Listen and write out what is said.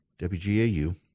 WGAU